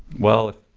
well,